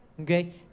Okay